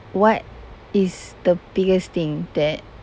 what is the biggest thing that